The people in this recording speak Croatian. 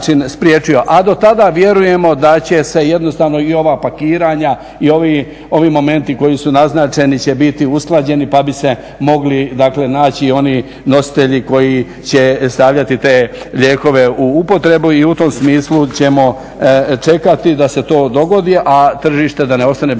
A do tada vjerujemo da će se jednostavno i ova pakiranja i ovi momenti koji su naznačeni će biti usklađeni pa bi se mogli naći oni nositelji koji će stavljati te lijekove u upotrebu. I u tom smislu ćemo čekati da se to dogodi, a tržište da ne ostane bez